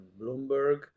Bloomberg